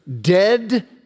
dead